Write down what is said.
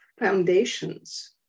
foundations